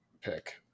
pick